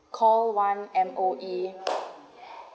call one M_O_E